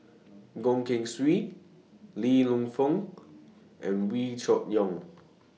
Goh Keng Swee Li Lienfung and Wee Cho Yaw